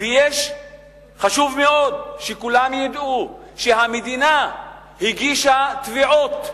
וחשוב מאוד שכולם יֵדעו שהמדינה הגישה תביעות,